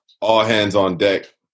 all-hands-on-deck